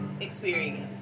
experience